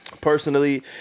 Personally